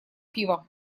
пива